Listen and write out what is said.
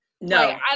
No